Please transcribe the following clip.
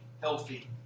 healthy